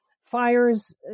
Fires